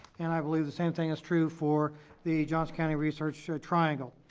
and i believe the same thing is true for the johnson county research triangle.